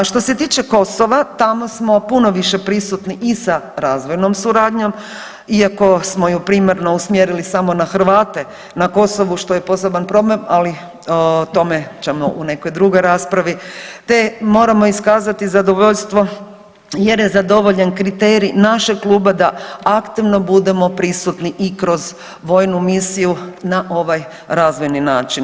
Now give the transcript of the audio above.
A što se tiče Kosova, tamo smo puno više prisutni i sa razvojnom suradnjom, iako smo ju primarno usmjerili samo na Hrvate na Kosovu što je poseban problem, ali o tome ćemo u nekoj drugoj raspravi te moramo iskazati zadovoljstvo jer je zadovoljen kriterij našeg kluba da aktivno budemo prisutni i kroz vojnu misiju na ovaj razvojni način.